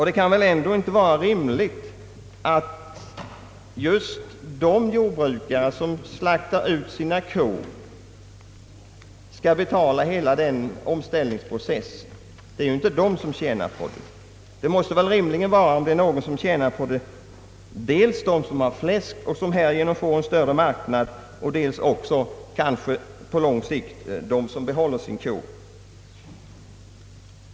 Det kan väl ändå inte vara rimligt att just de jordbrukare som slaktar sina kor skall betala hela denna omställningsprocess, Det är ju inte de som tjänar på detta. Om det är någon som tjänar på det måste det vara dels de som har fläsk och härigenom får en större marknad och dels på lång sikt. kanske också de som behåller sina kor.